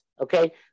okay